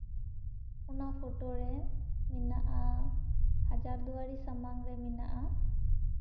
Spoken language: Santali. ᱚᱱᱟ ᱯᱷᱳᱴᱳ ᱨᱮ ᱢᱮᱱᱟᱜᱼᱟ ᱦᱟᱡᱟᱨ ᱫᱩᱣᱟᱨᱤ ᱥᱟᱢᱟᱝ ᱨᱮ ᱢᱮᱱᱟᱜᱼᱟ